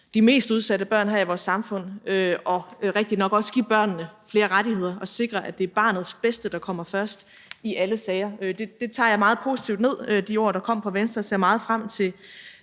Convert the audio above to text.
de mest udsatte børn i vores samfund og rigtigt nok også om at give børnene flere rettigheder og sikre, at det er barnets bedste, der kommer først i alle sager. De ord, der kom fra Venstre, tager jeg meget positivt ned, og jeg ser meget frem til